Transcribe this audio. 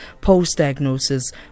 post-diagnosis